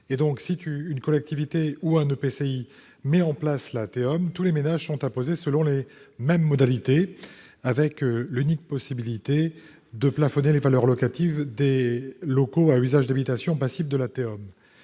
Si une collectivité ou un EPCI met en place la TEOM, tous les ménages sont imposés selon les mêmes modalités, avec l'unique possibilité de plafonner les valeurs locatives des locaux à usage d'habitation passibles de la TEOM.